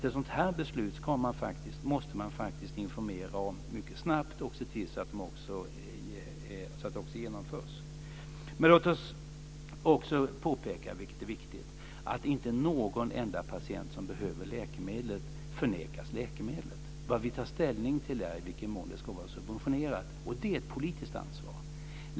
Ett sådant beslut måste man faktiskt informera om mycket snabbt och se till att det också genomförs. Men låt oss också påpeka, vilket är viktigt, att inte någon enda patient som behöver läkemedlet förnekas det. Vad vi tar ställning till är i vilken mån det ska vara subventionerat, och det är ett politiskt ansvar.